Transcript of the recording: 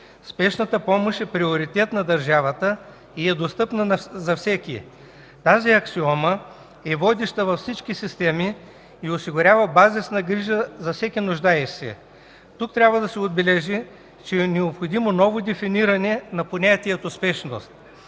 Спешната помощ е приоритет на държавата и е достъпна за всеки. Тази аксиома е водеща във всички системи и осигурява базисна грижа за всеки нуждаещ се. Тук трябва да се отбележи, че е необходимо ново дефиниране на понятието „спешност”.